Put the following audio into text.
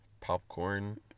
Popcorn